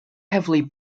heavily